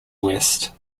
west